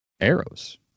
arrows